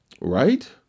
Right